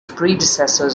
predecessors